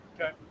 Okay